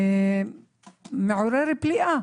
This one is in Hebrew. מעורר פליאה